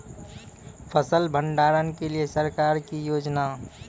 फसल भंडारण के लिए सरकार की योजना?